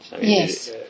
Yes